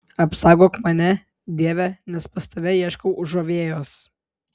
apsaugok mane dieve nes pas tave ieškau užuovėjos